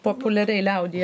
populiariai liaudyje